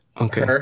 Okay